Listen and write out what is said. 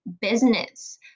business